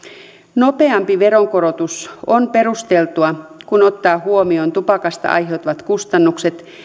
nopeampi veronkorotus on perusteltua kun ottaa huomioon tupakasta aiheutuvat kustannukset